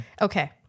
Okay